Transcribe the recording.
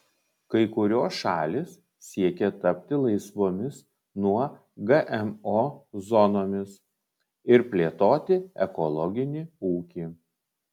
kai kurios šalys siekia tapti laisvomis nuo gmo zonomis ir plėtoti ekologinį ūkį